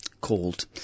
called